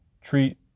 treat